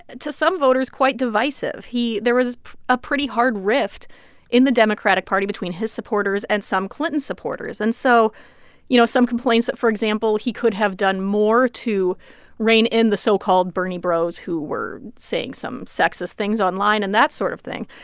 to some voters, quite divisive. he there was a pretty hard rift in the democratic party between his supporters and some clinton supporters and so you know, some complaints that, for example, he could have done more to rein in the so-called bernie bros who were saying some sexist things online and that sort of thing.